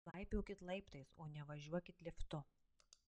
laipiokit laiptais o ne važiuokit liftu